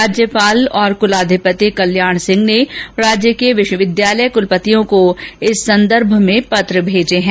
राज्यपाल और कुलाधिपति कल्याण सिंह ने राज्य के विश्वविद्यालय कुलपतियो को इस संदर्भ में पत्र भेजे हैं